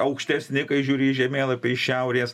aukštesni kai žiūri į žemėlapį iš šiaurės